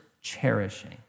cherishing